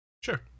Sure